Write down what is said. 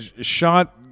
shot